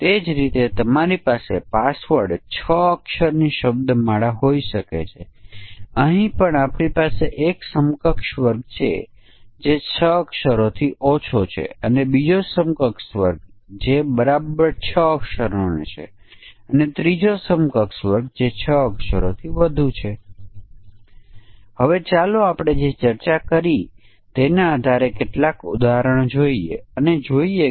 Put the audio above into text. એ જ રીતે બિનપૂર્ણાંક કિંમત તેથી તે બે પરિમાણોના સરળ કેસ માટે એક મજબૂત રોબસ્ટ સમકક્ષ વર્ગ પરીક્ષણ હશે પરંતુ આપણી પાસે ઘણા વધુ જટિલ ઉદાહરણો હોઈ શકે છે